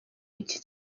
iki